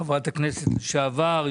חברת הכנסת לשעבר,